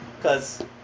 Cause